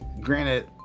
granted